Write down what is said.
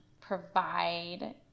provide